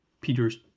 Peters